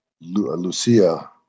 Lucia